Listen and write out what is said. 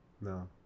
No